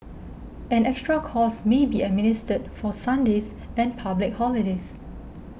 an extra cost may be administered for Sundays and public holidays